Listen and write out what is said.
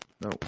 No